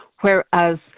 whereas